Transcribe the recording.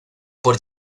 por